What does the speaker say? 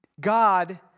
God